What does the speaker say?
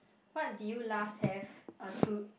what did you last have uh true